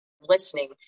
listening